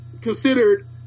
considered